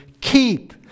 keep